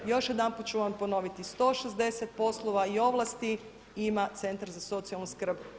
I još jedanput ću vam ponoviti 160 poslova i ovlasti ima centar za socijalnu skrb.